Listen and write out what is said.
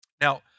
Now